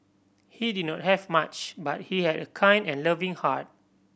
he did not have much but he had a kind and loving heart